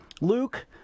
Luke